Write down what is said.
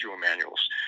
manuals